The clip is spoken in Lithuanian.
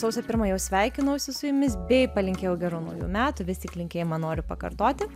sausio pirmą jau sveikinausi su jumis bei palinkėjau gerų naujų metų vis tik linkėjimą noriu pakartoti